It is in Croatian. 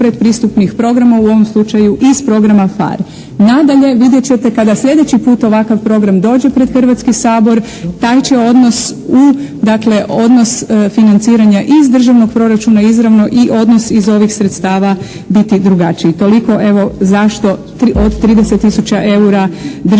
ispred pristupnih programa u ovom slučaju iz programa PHARE. Nadalje, vidjet ćete kada sljedeći puta ovakav program dođe pred Hrvatski sabor taj će odnos u, dakle odnos financiranja iz državnog proračuna izravno i odnos iz ovih sredstava biti drugačiji. Toliko, evo zašto od 30 tisuća eura državni proračun